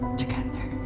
together